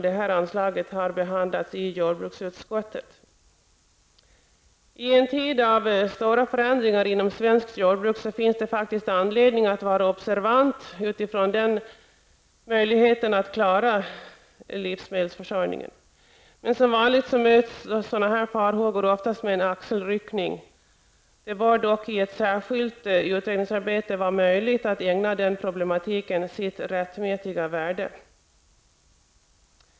Den frågan har behandlats i jordbruksutskottet. I en tid av stora förändringar inom svenskt jordbruk finns det faktiskt anledning att vara observant på möjligheterna att klara livsmedelsförsörjningen. Men som vanligt möts sådana farhågor oftast med en axelryckning. Det bör dock i ett särskilt utredningsarbete vara möjligt att ge den problematiken sitt rättmätiga värde.